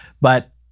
But-